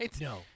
No